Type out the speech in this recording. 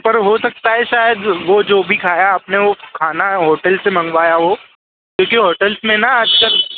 पर हो सकता है शायद वह जो भी खाया आपने वह खाना होटल से मंगवाया हो क्योंकि होटल्स में ना आज कल